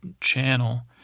channel